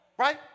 right